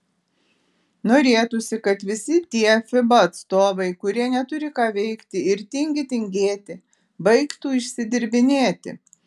norėtųsi kad visi tie fiba atstovai kurie neturi ką veikti ir tingi tingėti baigtų išsidirbinėti